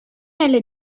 әле